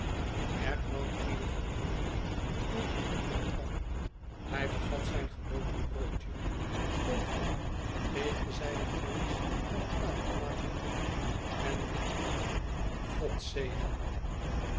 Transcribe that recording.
er kwam eene verandering over mijnheer trabb hij vergat zijn geboterd broodje stond op veegde zijne vingers aan het tafellaken af en riep uit god zegen me